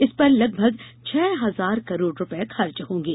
इस पर लगभग छह हजार करोड़ रुपए खर्च होंगे